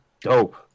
dope